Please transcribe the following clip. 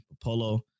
Polo